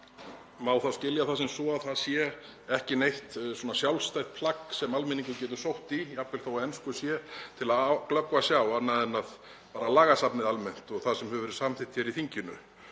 Má þá skilja það sem svo að það sé ekki neitt sjálfstætt plagg sem almenningur getur sótt í, jafnvel þótt á ensku sé, til að glöggva sig á annað en bara lagasafnið almennt og það sem hefur verið samþykkt hér í þinginu?